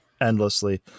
endlessly